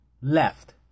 Left